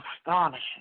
astonishing